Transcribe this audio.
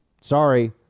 Sorry